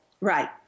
Right